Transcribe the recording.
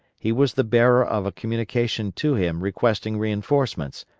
he was the bearer of a communication to him requesting reinforcements,